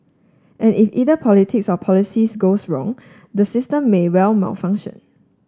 and if either politics or policies goes wrong the system may well malfunction